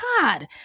God